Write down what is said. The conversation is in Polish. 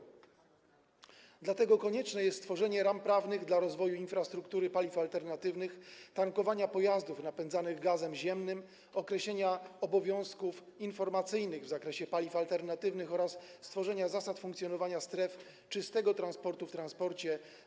Dlatego konieczne jest stworzenie zgodnych z wymogami dyrektywy 2014/94/UE ram prawnych dla rozwoju infrastruktury paliw alternatywnych, tankowania pojazdów napędzanych gazem ziemnym, określenia obowiązków informacyjnych w zakresie paliw alternatywnych oraz stworzenia zasad funkcjonowania stref czystego transportu w transporcie.